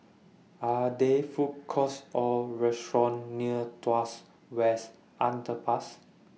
Are There Food Courts Or restaurants near Tuas West Underpass